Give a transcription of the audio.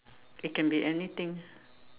it can be anything